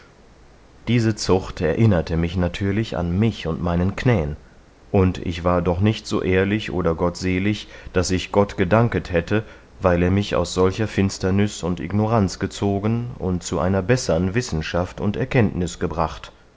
diese zucht erinnerte mich natürlich an mich und meinen knän und ich war doch nicht so ehrlich oder gottselig daß ich gott gedanket hätte weil er mich aus solcher finsternüs und ignoranz gezogen und zu einer bessern wissenschaft und erkanntnus gebracht